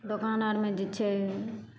दोकान आर नहि दै छै